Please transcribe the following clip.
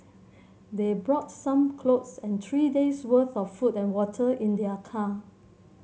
they brought some clothes and three days worth of food and water in their car